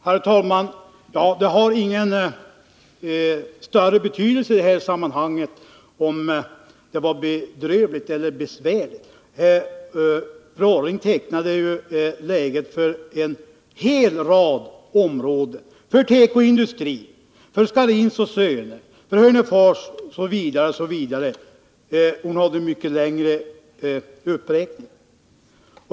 Herr talman! Det har i detta sammanhang ingen större betydelse vilket av orden bedrövligt och besvärligt som fru Orring använde. Fru Orring tecknade läget på en hel rad områden. Bilden stämmer för tekoindustrin, för AB Scharins Söner, för förhållandena i Hörnefors osv. — fru Orring gjorde en mycket längre uppräkning.